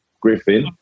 griffin